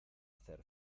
hacer